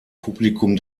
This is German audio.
publikum